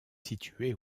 située